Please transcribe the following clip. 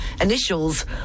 initials